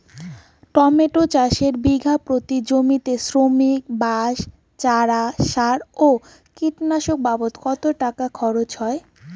Tomato চাষে বিঘা প্রতি জমিতে শ্রমিক, বাঁশ, চারা, সার ও কীটনাশক বাবদ কত টাকা খরচ হয়?